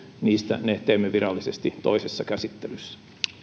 ne teemme virallisesti toisessa käsittelyssä